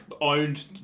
owned